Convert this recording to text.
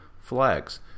Flags